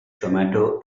tomato